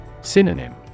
Synonym